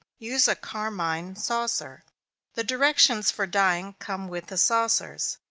use a carmine saucer the directions for dyeing come with the saucers.